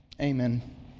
Amen